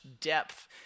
depth